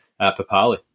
Papali